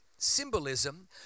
symbolism